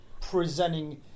presenting